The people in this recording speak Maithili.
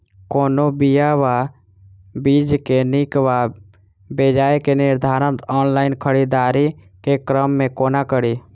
कोनों बीया वा बीज केँ नीक वा बेजाय केँ निर्धारण ऑनलाइन खरीददारी केँ क्रम मे कोना कड़ी?